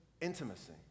intimacy